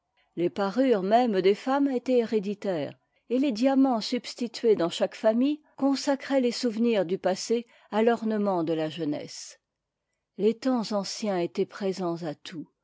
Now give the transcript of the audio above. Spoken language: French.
les parures mêmes des femmes étaient héréditaires et les diamants substitués dans chaque famille consacraient les souvenirs du passé à l'ornement de la jeunesse les temps anciens étaient présents à tout